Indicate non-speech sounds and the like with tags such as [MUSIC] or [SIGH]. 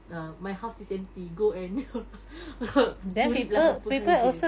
ya my house is empty go and then [LAUGHS] curi lah apa saja